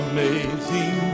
Amazing